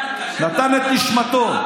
נתן את נשמתו.